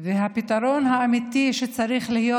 והפתרון האמיתי שצריך להיות,